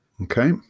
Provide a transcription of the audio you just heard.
Okay